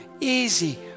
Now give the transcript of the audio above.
easy